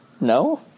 No